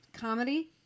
comedy